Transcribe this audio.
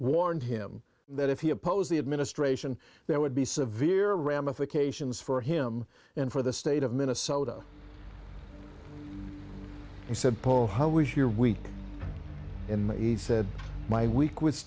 warned him that if he opposed the administration there would be severe ramifications for him and for the state of minnesota he said paul how was your week in the east said my week was